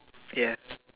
ya